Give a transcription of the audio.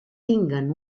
tinguen